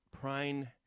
Prime